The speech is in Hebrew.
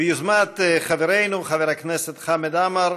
ביוזמת חברנו חבר הכנסת חמד עמאר.